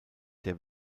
der